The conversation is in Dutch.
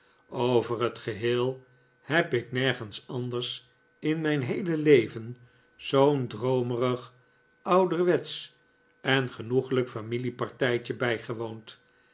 over het geheel heb ik nergens anders in mijn heele leven zoo'n droomerig ouderwetsch en genoeglijk familie partijtje bijgewoond